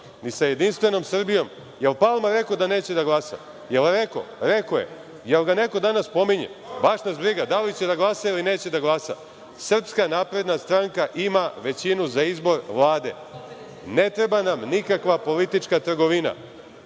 ni sa Jedinstvenom Srbijom. Jel Palma rekao da neće da glasa, jel rekao? Rekao je. Jel ga neko danas pominje? Baš nas briga da li će da glasa ili neće da glasa. Srpska napredna stranka ima većinu za izbor Vlade. Ne treba nam nikakva politička trgovina.